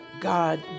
God